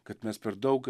kad mes per daug